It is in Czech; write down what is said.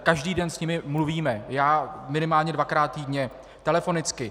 Každý den s nimi mluvíme, já minimálně dvakrát týdně telefonicky.